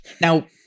Now